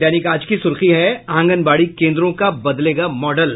दैनिक आज की सुर्खी है आंगनबाड़ी केन्द्रों का बदलेगा मॉडल